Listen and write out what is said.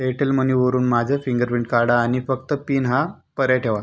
Airtel मनीवरून माझे fingerprint काढा आणि फक्त पिन हा पर्याय ठेवा